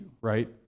right